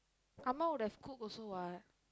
amma would have cooked also what